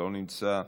לא נמצא,